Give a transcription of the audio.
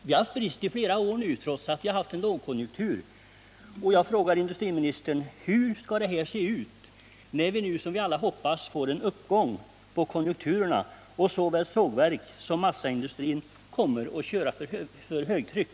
Vi har haft brist i flera år nu, trots att vi har haft en lågkonjunktur, och jag frågar industriministern: Hur skall det se ut när vi, som vi alla hoppas, får en uppgång i konjunkturen och såväl sågverk som massaindustri kommer att köra för högtryck?